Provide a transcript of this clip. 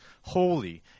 holy